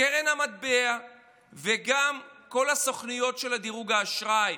קרן המטבע וגם כל סוכנויות דירוג האשראי,